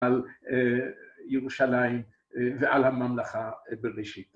‫על ירושלים ועל הממלכה בראשית.